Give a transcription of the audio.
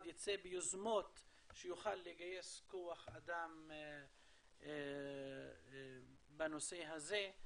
ייצא ביוזמות שיוכל לגייס כוח אדם בנושא הזה.